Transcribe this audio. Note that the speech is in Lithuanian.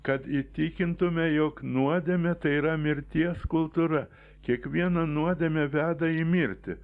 kad įtikintume jog nuodėmę tai yra mirties kultūra kiekviena nuodėmė veda į mirtį